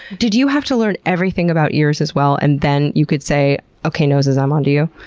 did you have to learn everything about ears as well? and then you could say, okay, noses, i'm onto you.